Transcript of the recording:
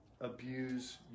abuse